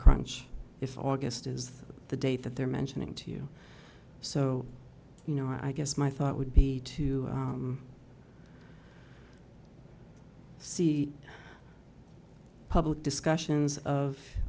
crunch if august is the date that they're mentioning to you so you know i guess my thought would be to see public discussions of